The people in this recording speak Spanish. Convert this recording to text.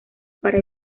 para